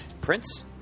Prince